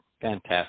Fantastic